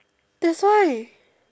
that's why